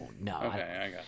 no